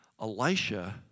Elisha